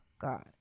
God